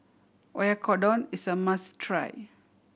Oyakodon is a must try